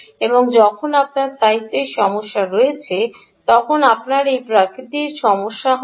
এবং যখন আপনার স্থায়িত্বের সমস্যা রয়েছে তখন আপনার এই প্রকৃতির সমস্যা হবে